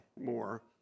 more